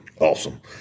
Awesome